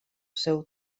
seu